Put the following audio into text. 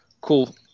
cool